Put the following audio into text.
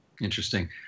Interesting